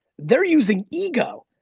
they're using ego,